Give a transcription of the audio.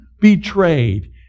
betrayed